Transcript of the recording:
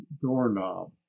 doorknob